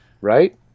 Right